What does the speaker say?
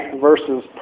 versus